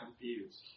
confused